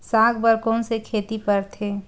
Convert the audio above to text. साग बर कोन से खेती परथे?